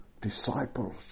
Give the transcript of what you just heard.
Disciples